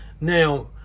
now